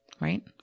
right